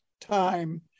time